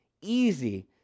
easy